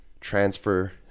transfer